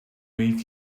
week